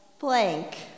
Blank